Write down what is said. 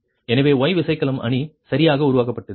எனவே Y விசைக்கலம் அணி சரியாக உருவாக்கப்பட்டது